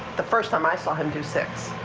the first time i saw him to six.